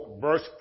verse